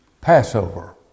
Passover